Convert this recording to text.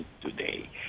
today